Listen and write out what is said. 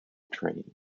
train